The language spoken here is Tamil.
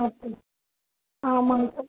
ஓகே ஆமாங்க சார்